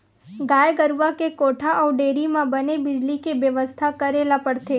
गाय गरूवा के कोठा अउ डेयरी म बने बिजली के बेवस्था करे ल परथे